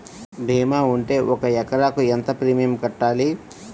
భీమా ఉంటే ఒక ఎకరాకు ఎంత ప్రీమియం కట్టాలి?